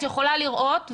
את יכולה לראות ולשמוע,